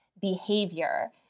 behavior